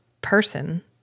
person